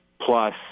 plus